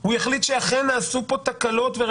כי נעשו תקלות,